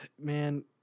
Man